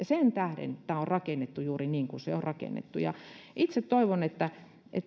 sen tähden tämä on rakennettu juuri niin kuin se on rakennettu itse toivon että